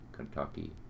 Kentucky